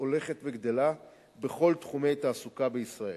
הולכת וגדלה בכל תחומי התעסוקה בישראל.